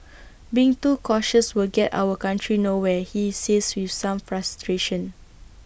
being too cautious will get our country nowhere he says with some frustration